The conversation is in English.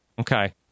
Okay